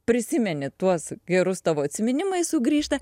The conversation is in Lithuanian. prisimeni tuos gerus tavo atsiminimai sugrįžta